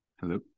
Hello